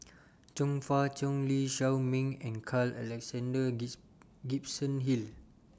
Chong Fah Cheong Lee Shao Meng and Carl Alexander Gibson Hill